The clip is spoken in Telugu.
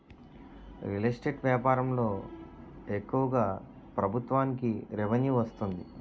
రియల్ ఎస్టేట్ వ్యాపారంలో ఎక్కువగా ప్రభుత్వానికి రెవెన్యూ వస్తుంది